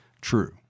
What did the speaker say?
true